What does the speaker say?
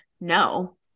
no